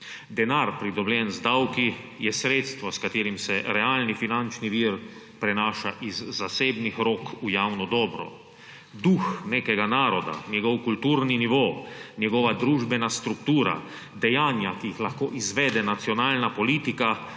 Denar, pridobljen z davki, je sredstvo, s katerim se realni finančni vir prenaša iz zasebnih rok v javno dobro. Duh nekega naroda, njegov kulturni nivo, njegova družbena struktura, dejanja, ki jih lahko izvede nacionalna politika,